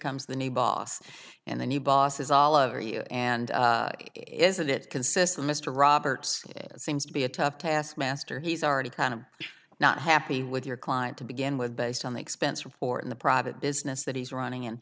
comes the new boss and the new boss is all over you and isn't it consists of mr roberts seems to be a tough taskmaster he's already kind of not happy with your client to begin with based on the expense report in the private business that he's running